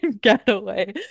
Getaway